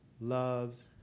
loves